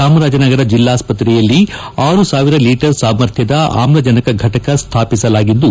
ಚಾಮರಾಜನಗರ ಜೆಲ್ಲಾಸ್ತ್ರೆಯಲ್ಲಿ ಆರು ಸಾವಿರ ಲೀಟರ್ ಸಾಮರ್ಥ್ಯದ ಆಮ್ಲಜನಕ ಘಟಕ ಸ್ಥಾಪಿಸಲಾಗಿದ್ದು